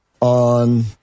on